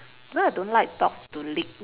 cause I don't like dogs to lick